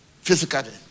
Physically